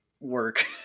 work